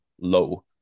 low